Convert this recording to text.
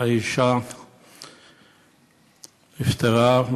האישה נפטרה,